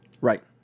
right